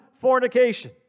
fornication